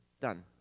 Done